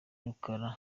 rukara